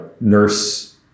nurse